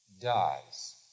dies